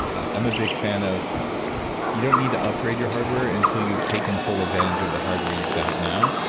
i'm a big fan of you don't need to upgrade your hardware until you've taken full advantage of the hardware you've got now,